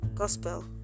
gospel